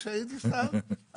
כשהייתי שר,